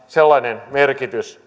sellainen merkitys